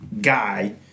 guy